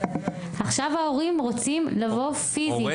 עכשיו ההורים רוצים לבוא פיזית,